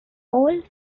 all